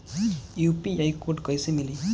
UPI code कैसे मिली?